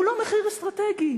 הוא לא מחיר אסטרטגי,